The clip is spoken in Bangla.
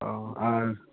ও আর